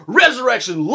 resurrection